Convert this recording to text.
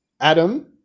Adam